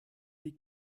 die